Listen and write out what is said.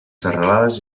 serralades